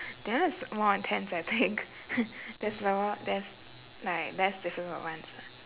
that one's more intense I think there's like more there's like less difficult ones lah